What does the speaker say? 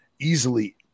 easily